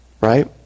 Right